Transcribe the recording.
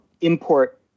import